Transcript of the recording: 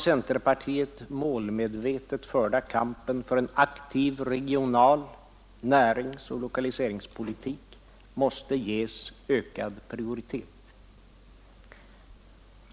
Centerpartiet har målmedvetet fört kampen för en aktiv regional-, näringsoch lokaliseringspolitik, och denna måste ges ökad prioritet.